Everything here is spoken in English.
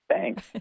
Thanks